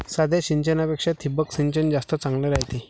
साध्या सिंचनापेक्षा ठिबक सिंचन जास्त चांगले रायते